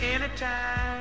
Anytime